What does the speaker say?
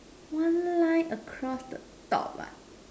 one line across the top ah